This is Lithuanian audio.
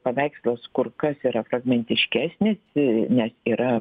paveikslas kur kas yra fragmentiškesnis nes yra